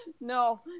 no